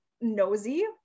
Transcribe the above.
nosy